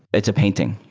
it's a painting.